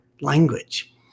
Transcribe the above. language